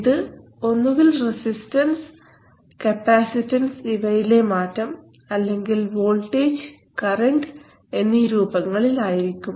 ഇത് ഒന്നുകിൽ resistance capacitance എന്നിവയിലെ മാറ്റം അല്ലെങ്കിൽ വോൾട്ടേജ് കറൻറ് എന്നീ രൂപങ്ങളിൽ ആയിരിക്കും